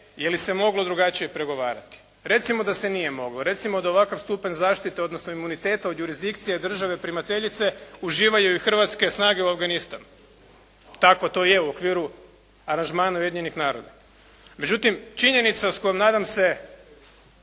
je li se moglo drugačije pregovarati? Recimo da se nije moglo. Recimo da ovakav stupanj zaštite odnosno imuniteta od jurisdikcije države primateljice uživaju i hrvatske snage u Afganistanu. Tako to je u okviru aranžmana Ujedinjenih naroda. Međutim činjenica s kojom nadam se,